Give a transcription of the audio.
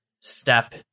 step